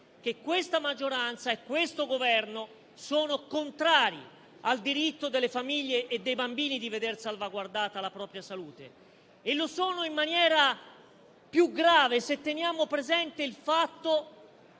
che questa maggioranza e questo Governo sono contrari al diritto delle famiglie e dei bambini di veder salvaguardata la propria salute. E lo sono in maniera più grave se teniamo presente il fatto